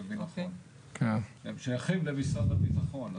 שם שייכים למשרד הביטחון.